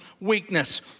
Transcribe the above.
weakness